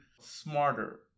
smarter